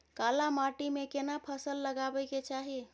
काला माटी में केना फसल लगाबै के चाही?